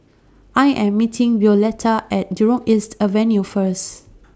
I Am meeting Violeta At Jurong East Avenue First